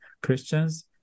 Christians